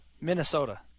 Minnesota